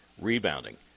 rebounding